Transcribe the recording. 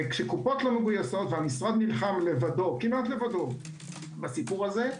וכשקופות לא מגויסות ומשרד נלחם כמעט לבדו בסיפור הזה,